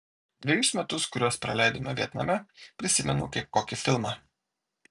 dvejus metus kuriuos praleidome vietname prisimenu kaip kokį filmą